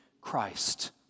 Christ